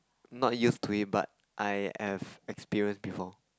not used to it but I have experience before